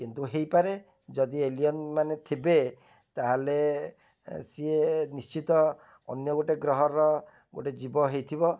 କିନ୍ତୁ ହେଇପାରେ ଯଦି ଏଲିୟନ୍ ମାନେ ଥିବେ ତା'ହେଲେ ସିଏ ନିଶ୍ଚିନ୍ତ ଅନ୍ୟ ଗୋଟେ ଗ୍ରହର ଗୋଟେ ଜୀବ ହେଇଥିବ